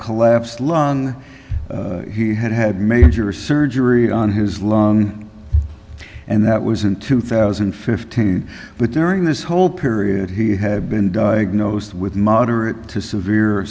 collapsed lung he had had major surgery on his lung and that was in two thousand and fifteen but during this whole period he had been diagnosed with moderate to severe